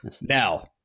now